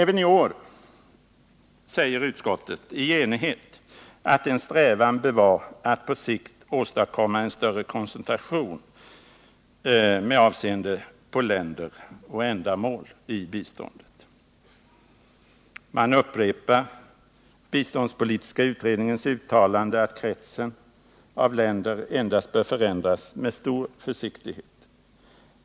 Vidare upprepar utskottet även i år i enighet att en strävan bör vara att på sikt åstadkomma en större koncentration av de svenska biståndsinsatserna med avseende på länder och ändamål i biståndet. Man upprepar biståndspolitiska utredningens uttalande att kretsen av länder endast bör förändras med stor försiktighet.